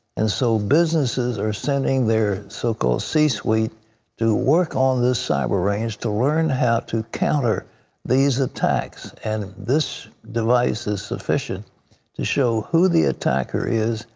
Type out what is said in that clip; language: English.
and so businesses are sending their so-called c suite to work on this cyber range to learn how to counter these attacks. and this device is sufficient to show who the attacker is,